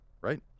right